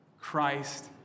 Christ